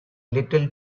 little